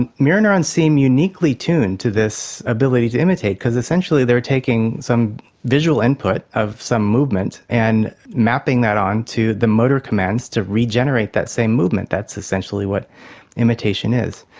and mirror neurons seem uniquely tuned to this ability to imitate, because essentially they are taking some visual input of some movement and mapping that onto the motor commands to regenerate that same movement. that's essentially what imitation is.